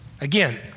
Again